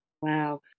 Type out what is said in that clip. Wow